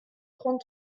trente